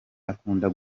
akunda